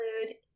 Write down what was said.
include